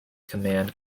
command